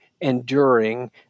enduring